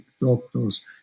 doctors